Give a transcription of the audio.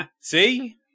See